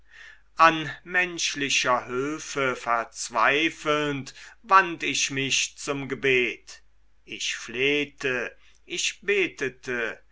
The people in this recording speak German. an menschlicher hülfe verzweifelnd wandt ich mich zum gebet ich flehte ich betete